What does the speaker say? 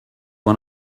one